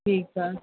ठीकु आहे